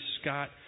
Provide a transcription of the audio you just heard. Scott